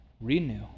Renew